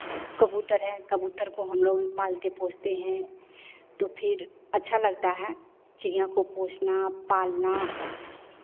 कबूतर है कबूतर को हमलोग पालते पोसते हैं तो फिर अच्छा लगता है चिड़ियाँ को पोसना पालना